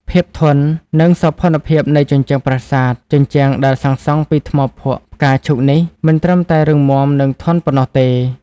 ភាពធន់ និងសោភ័ណភាពនៃជញ្ជាំងប្រាសាទ ជញ្ជាំងដែលសាងសង់ពីថ្មភក់ផ្កាឈូកនេះ មិនត្រឹមតែរឹងមាំ និងធន់ប៉ុណ្ណោះទេ។